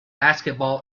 basketball